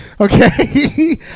Okay